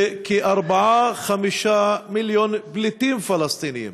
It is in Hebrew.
ו-4 5 מיליון פליטים פלסטינים,